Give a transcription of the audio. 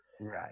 Right